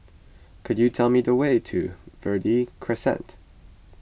could you tell me the way to Verde Crescent